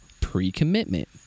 pre-commitment